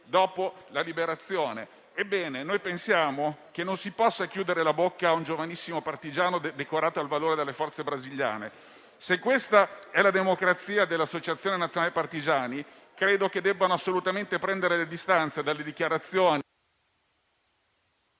dopo la Liberazione. Noi pensiamo che non si possa chiudere la bocca a un giovanissimo partigiano decorato al valore dalle forze brasiliane. Se questa è la democrazia dell'Associazione nazionale partigiani d'Italia, credo che si debbano assolutamente prendere le distanze dalle dichiarazioni